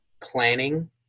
planning